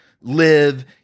live